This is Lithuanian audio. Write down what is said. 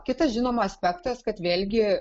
kitas žinoma aspektas kad vėlgi